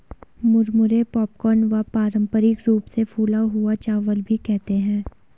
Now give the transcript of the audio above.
मुरमुरे पॉपकॉर्न व पारम्परिक रूप से फूला हुआ चावल भी कहते है